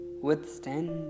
withstand